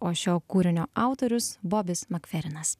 o šio kūrinio autorius bobis makverinas